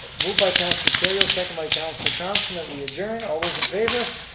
move by councilor kerrio, second by councilor thomson that we adjourn. all those in favor?